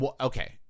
okay